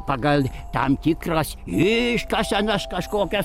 pagal tam tikras iškasenas kažkokias